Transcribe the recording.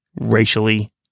racially